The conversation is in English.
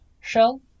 shell